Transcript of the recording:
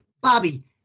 Bobby